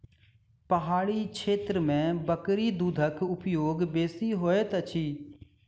पहाड़ी क्षेत्र में बकरी दूधक उपयोग बेसी होइत अछि